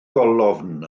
golofn